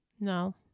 No